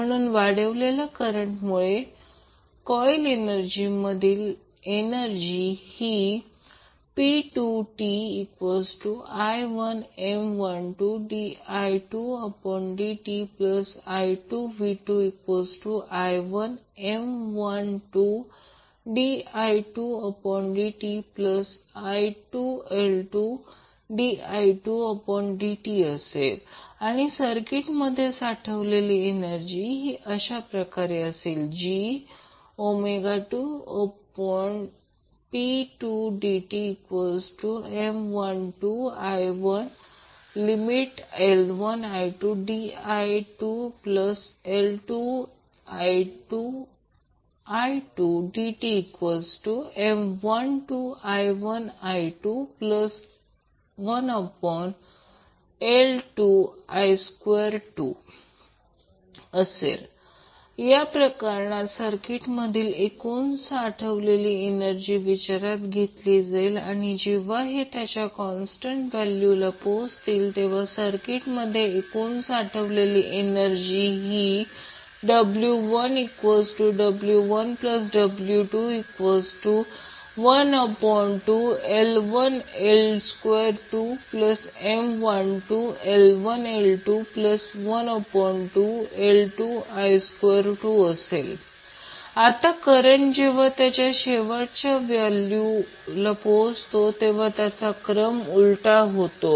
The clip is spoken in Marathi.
म्हणून वाढलेल्या करंटमुळे कॉइल मधील एनर्जी ही p2ti1M12di2dti2v2i1M12di2dti2L2di2dt आणि सर्किटमध्ये साठवलेली एनर्जी ही अशाप्रकारे w2p2dtM12I10I1di2L20I2i2dtM12I1I212L2I22 या प्रकरणात सर्किट मधील एकूण साठवलेली एनर्जी विचारात घेतली जाईल आणि जेव्हा हे त्यांच्या कॉन्स्टंट व्हॅल्यूला पोहोचतील सर्किट मध्ये एकूण साठवलेली एनर्जी ही ww1w212L1I12M12I1I212L2I22 आता करंट जेव्हा त्याच्या शेवटच्या व्हॅल्यूला पोहोचतो तेव्हा त्याचा क्रम उलट केला जातो